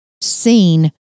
seen